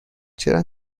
چرا